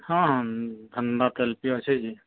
ହଁ ଅଛି କି